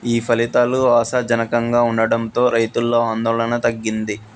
ఈ ఫలితాలు ఆశా జనకంగా ఉండడంతో రైతులలో ఆందోళన తగ్గింది